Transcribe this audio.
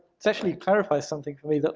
that's actually clarified something for me.